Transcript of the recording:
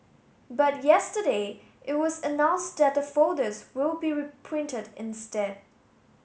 but yesterday it was announced that the folders will be reprinted instead